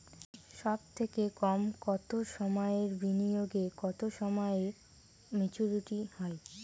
সবথেকে কম কতো সময়ের বিনিয়োগে কতো সময়ে মেচুরিটি হয়?